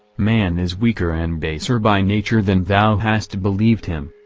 man is weaker and baser by nature than thou hast believed him.